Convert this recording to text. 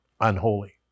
unholy